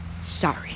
Sorry